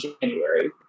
January